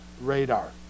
radar